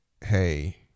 hey